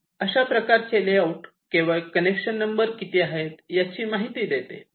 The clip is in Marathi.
अशा प्रकारचे लेआउट केवळ कनेक्शन नंबर किती आहेत याची माहिती देते